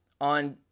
On